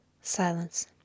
Silence